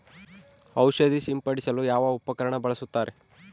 ಔಷಧಿ ಸಿಂಪಡಿಸಲು ಯಾವ ಉಪಕರಣ ಬಳಸುತ್ತಾರೆ?